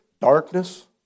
darkness